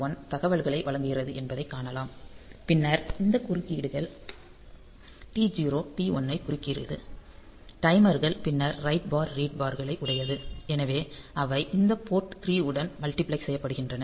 1 தகவல்களை வழங்குகிறது என்பதைக் காணலாம் பின்னர் இந்த குறுக்கீடுகள் T0 T1 ஐ குறுக்கிடுகிறது டைமர்கள் பின்னர் ரைட் பார் ரீட் பார் களை உடையது எனவே அவை இந்த போர்ட் 3 உடன் மல்டிபிளக்ஸ் செய்யப்படுகின்றன